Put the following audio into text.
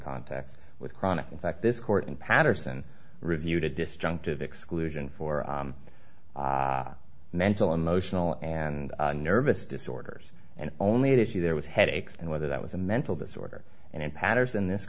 context with chronic in fact this court in patterson reviewed a disjunctive exclusion for mental emotional and nervous disorders and only to be there with headaches and whether that was a mental disorder and in paterson this